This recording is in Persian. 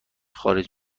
خارج